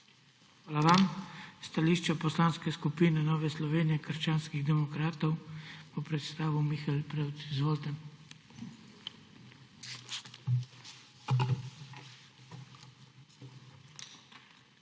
Hvala vam. Stališče Poslanske skupine Nove Slovenije - krščanskih demokratov bo predstavil Mihael Prevc. Izvolite. MIHAEL